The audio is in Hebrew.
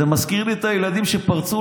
זה מזכיר לי את הילדים שפרצו